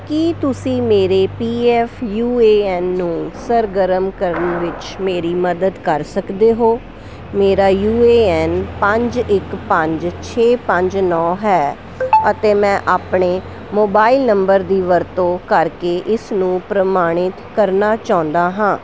ਕੀ ਤੁਸੀਂ ਮੇਰੇ P F U A N ਨੂੰ ਸਰਗਰਮ ਕਰਨ ਵਿੱਚ ਮੇਰੀ ਮਦਦ ਕਰ ਸਕਦੇ ਹੋ ਮੇਰਾ ਯੂ ਏ ਐਨ ਪੰਜ ਇਕ ਪੰਜ ਛੇ ਪੰਜ ਨੌਂ ਹੈ ਅਤੇ ਮੈਂ ਆਪਣੇ ਮੋਬਾਈਲ ਨੰਬਰ ਦੀ ਵਰਤੋਂ ਕਰਕੇ ਇਸ ਨੂੰ ਪ੍ਰਮਾਣਿਤ ਕਰਨਾ ਚਾਹੁੰਦਾ ਹਾਂ